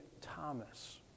Thomas